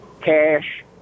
cash